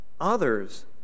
others